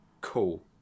cool